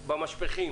במשפכים,